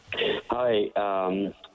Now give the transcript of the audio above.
hi